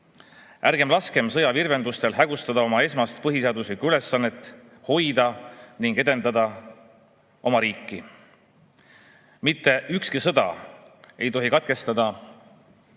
Ärgem laskem sõja virvendustel hägustada oma esmast põhiseaduslikku ülesannet hoida ja edendada oma riiki! Mitte ükski sõda ei tohi katkestada